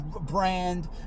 brand